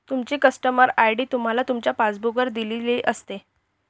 तुमची customer ID तुम्हाला तुमच्या पासबुक वर दिलेली असते